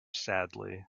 sadly